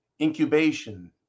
incubation